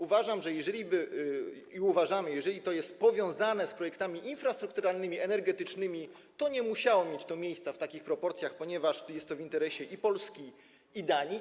Uważamy, że jeżeli to jest powiązane z projektami infrastrukturalnymi energetycznymi, to nie musiało mieć to miejsca w takich proporcjach, ponieważ jest to w interesie i Polski, i Danii.